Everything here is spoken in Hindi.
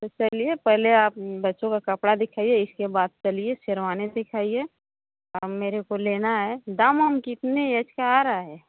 तो चलिये पहले आप बच्चों का कपड़ा दिखाइये इसके बात करिये शेरवानी दिखाइये हाँ मेरे को लेना है दाम वाम कितने ऐसे आ रहा है